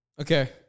Okay